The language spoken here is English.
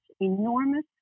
enormous